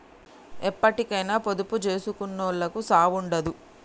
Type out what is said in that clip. ఎప్పటికైనా పొదుపు జేసుకునోళ్లకు సావుండదు